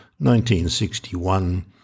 1961